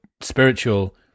spiritual